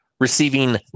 receiving